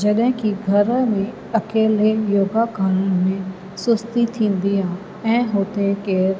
जॾहिं की घर में अकेले योगा करण में सुस्ती थींदी आहे ऐं हुते केरु